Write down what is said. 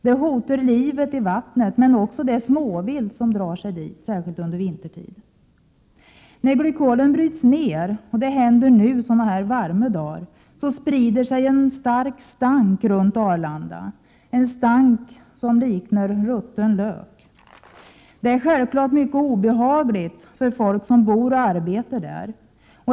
Det hotar livet i vattnet, men också det småvilt som drar sig dit, särskilt vintertid. När glykolen bryts ner — det händer nu, under sådana här varma dagar — sprider sig en stark stank runt Arlanda. Det är en stank som liknar rutten lök. Det är självklart mycket obehagligt för dem som bor och arbetar där.